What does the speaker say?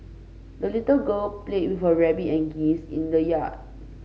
the little girl played with her rabbit and geese in the yard